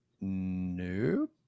Nope